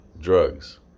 drugs